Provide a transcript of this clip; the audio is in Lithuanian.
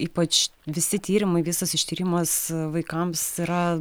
ypač visi tyrimai visas ištyrimas vaikams yra